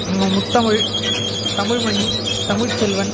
Muthamizh Tamilmani Tamilselvan